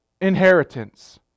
inheritance